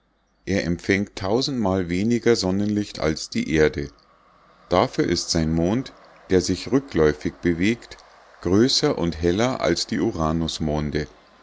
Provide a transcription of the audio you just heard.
er empfängt tausendmal weniger sonnenlicht als die erde dafür ist sein mond der sich rückläufig bewegt größer und heller als die